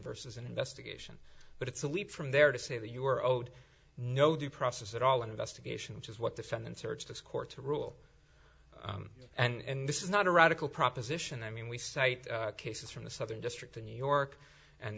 versus an investigation but it's a leap from there to say that you are owed no due process at all investigation which is what the found and search this court to rule and this is not a radical proposition i mean we cite cases from the southern district of new york and